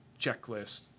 checklist